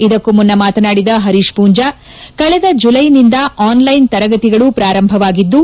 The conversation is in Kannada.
ಇದಕ್ಕೂ ಮುನ್ನ ಮಾತನಾಡಿದ ಪರೀಶ್ ಪೂಂಜಾ ಕಳೆದ ಜುಲೈನಿಂದ ಆನ್ಲೈನ್ ತರಗತಿಗಳು ಪಾರಂಭವಾಗಿದ್ದು